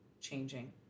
changing